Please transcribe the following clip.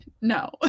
No